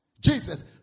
Jesus